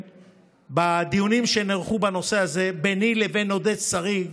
בדיונים שנערכו בנושא הזה ביני לבין עודד שריג,